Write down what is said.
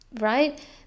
right